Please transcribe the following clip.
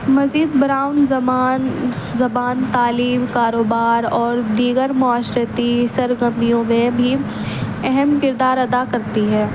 مزید برآں زمان زبان تعلیم کاروبار اور دیگر معاشرتی سرگرمیوں میں بھی اہم کردار ادا کرتی ہے